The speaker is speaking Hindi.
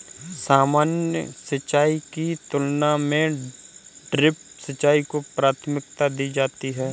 सामान्य सिंचाई की तुलना में ड्रिप सिंचाई को प्राथमिकता दी जाती है